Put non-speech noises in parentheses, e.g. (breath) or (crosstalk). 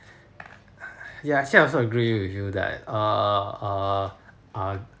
(breath) ya actually I also agree with you that err err err